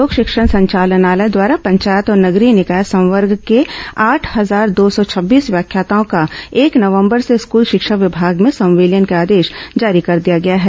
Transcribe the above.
लोक शिक्षण संचालनालय द्वारा पंचायत और नगरीय निकाय संवर्ग के आठ हजार दो सौ छब्बीस व्याख्याताओं का एक नवंबर से स्कूल शिक्षा विभाग में संविलियन का आदेश जारी कर दिया गया है